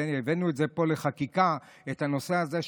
הבאנו פה בחקיקה את הנושא הזה,